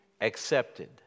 accepted